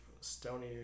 stony